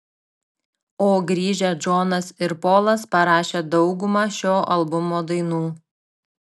o grįžę džonas ir polas parašė daugumą šio albumo dainų